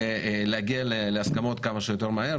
ולהגיע להסכמות כמה שיותר מהר,